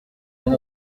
bien